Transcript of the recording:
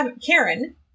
Karen